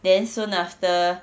then soon after